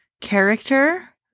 character